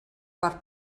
per